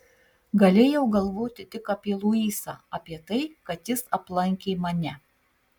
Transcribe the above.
galėjau galvoti tik apie luisą apie tai kad jis aplankė mane